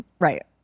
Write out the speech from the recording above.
Right